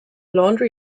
laundry